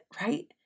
right